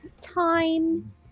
Time